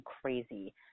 crazy